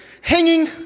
hanging